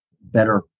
better